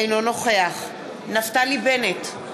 אינו נוכח נפתלי בנט,